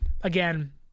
again